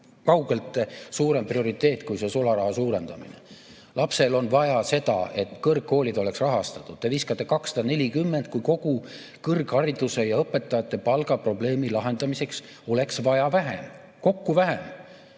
kaugelt suurem prioriteet kui sularaha suurendamine. Lapsel on vaja seda, et kõrgkoolid oleksid rahastatud. Te viskate 240 miljonit, kui kogu kõrghariduse ja õpetajate palga probleemi lahendamiseks oleks vaja vähem, kokku vähem.